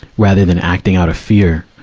rather than acting out of fear,